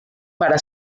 para